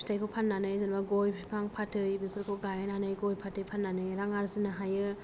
फिथाइखौ फाननानै जेनेबा गय बिफां फाथै बेफोरखौ गायनानै गय फाथै फाननानै रां आरजिनो हायो